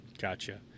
Gotcha